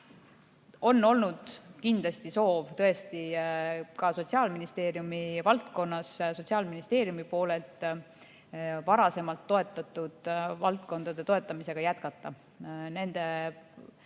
On olnud kindlasti soov tõesti ka Sotsiaalministeeriumi valdkonnas, Sotsiaalministeeriumi poolelt varasemalt toetatud valdkondade toetamisega jätkata. Nende